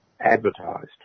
advertised